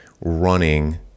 running